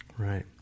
Right